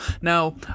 Now